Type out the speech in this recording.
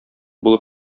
булып